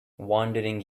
wandering